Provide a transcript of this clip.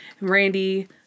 Randy